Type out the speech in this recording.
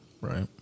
Right